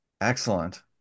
Excellent